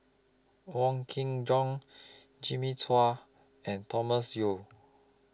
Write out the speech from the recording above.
Wong Kin Jong Jimmy Chua and Thomas Yeo